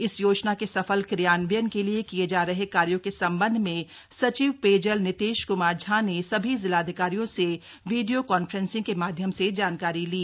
इस योजना के सफल क्रियान्वयन के लिए किये जा रहे कार्यो के संबंध में सचिव पेयजल नितेश क्मार झा ने सभी जिलाधिकारियों से विडियो कॉन्फ्रेंसिंग के माध्यम से जानकारी ली